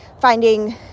finding